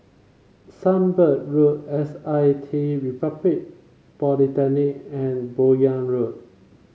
Sunbird Road S I T Republic Polytechnic and Buyong Road